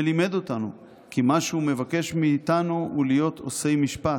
שלימד אותנו כי מה שהוא מבקש מאיתנו הוא להיות עושי משפט,